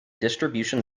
distribution